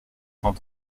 cent